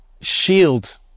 shield